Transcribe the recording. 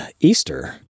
Easter